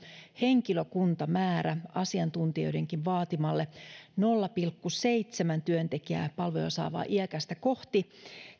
henkilökuntamäärä asiantuntijoidenkin vaatimalle tasolle nolla pilkku seitsemän työntekijää palveluja saavaa iäkästä kohti